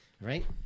Right